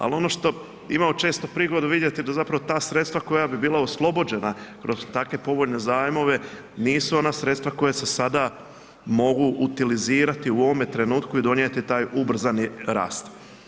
Al ono što imamo često prigodu vidjeti da zapravo ta sredstva koja bi bila oslobođena kroz takve povoljne zajmove, nisu ona sredstva koja se sada mogu utilizirati u ovome trenutku i donijeti taj ubrzani rast.